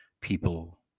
people